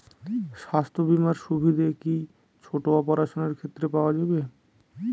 স্বাস্থ্য বীমার সুবিধে কি ছোট অপারেশনের ক্ষেত্রে পাওয়া যাবে?